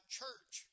church